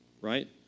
right